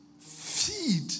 feed